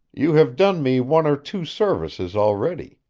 you have done me one or two services already.